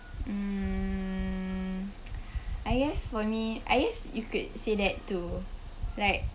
mm I guess for me I guess you could say that to like